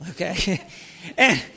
Okay